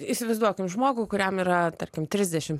įsivaizduokim žmogų kuriam yra tarkim trisdešim